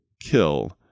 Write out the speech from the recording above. kill